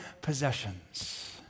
possessions